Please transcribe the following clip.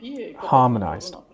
harmonized